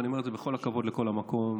ואני אומר את זה בכל הכבוד לכל המקום,